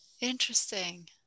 interesting